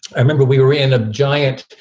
i remember we were in a giant